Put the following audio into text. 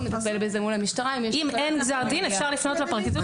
אם אין גזר דין, אפשר לפנות לפרקליטות שיעבירו.